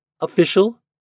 Official